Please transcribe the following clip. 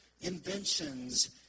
Inventions